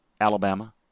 Alabama